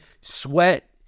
sweat